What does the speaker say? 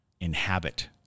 inhabit